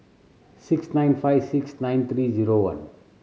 six nine five six nine three zero one